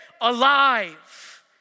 alive